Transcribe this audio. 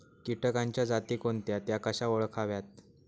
किटकांच्या जाती कोणत्या? त्या कशा ओळखाव्यात?